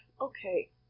okay